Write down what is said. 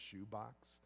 shoebox